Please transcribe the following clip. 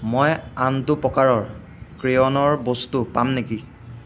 মই আনটো প্ৰকাৰৰ ক্ৰিয়নৰ বস্তু পাম নেকি